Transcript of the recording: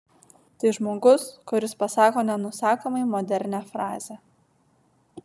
tai žmogus kuris pasako nenusakomai modernią frazę